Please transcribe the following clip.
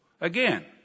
again